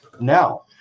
now